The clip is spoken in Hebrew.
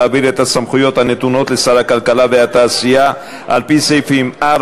להעביר את הסמכויות הנתונות לשר הכלכלה והתעשייה על-פי סעיפים 4,